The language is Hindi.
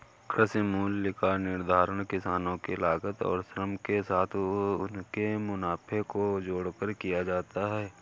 कृषि मूल्य का निर्धारण किसानों के लागत और श्रम के साथ उनके मुनाफे को जोड़कर किया जाता है